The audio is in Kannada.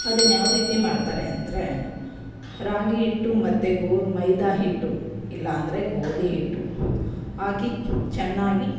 ಅದನ್ನ ಯಾವ ರೀತಿ ಮಾಡ್ತಾರೆ ಅಂದರೆ ರಾಗಿ ಇಟ್ಟು ಮತ್ತೆ ಗೋ ಮೈದಾ ಹಿಟ್ಟು ಇಲ್ಲ ಅಂದ್ರೆ ಗೋಧಿ ಹಿಟ್ಟು ಹಾಕಿ ಚೆನ್ನಾಗಿ